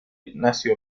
ignacio